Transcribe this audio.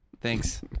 Thanks